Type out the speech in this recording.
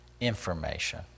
information